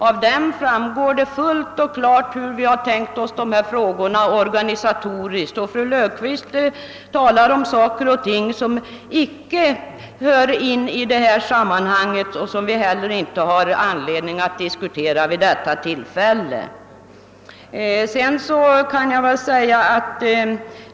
Av motionen framgår fullt klart hur vi har tänkt oss att verksamheten skall organiseras. Fru Löfqvist talar här om saker och ting som icke hör hemma i detta sammanhang och som vi därför inte har anledning att diskutera vid detta tillfälle.